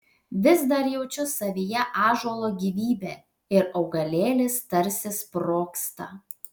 vis dar jaučiu savyje ąžuolo gyvybę ir augalėlis tarsi sprogsta